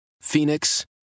Phoenix